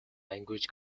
language